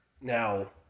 Now